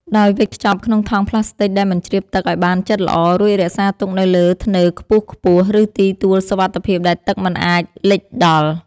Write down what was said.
ដោយវេចខ្ចប់ក្នុងថង់ប្លាស្ទិកដែលមិនជ្រាបទឹកឱ្យបានជិតល្អ រួចរក្សាទុកនៅលើធ្នើខ្ពស់ៗ ឬទីទួលសុវត្ថិភាពដែលទឹកមិនអាចលិចដល់។